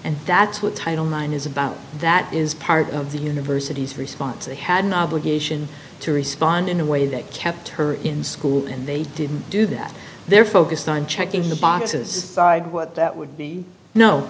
and that's what title nine is about that is part of the university's response they had an obligation to respond in a way that kept her in school and they didn't do that they're focused on checking the boxes side what that would be no